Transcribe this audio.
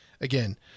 again